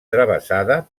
travessada